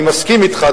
אני מסכים אתך,